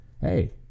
hey